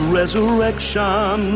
resurrection